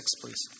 please